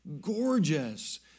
gorgeous